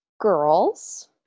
Girls